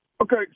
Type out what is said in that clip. Okay